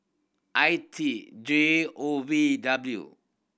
I T J O V W